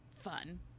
fun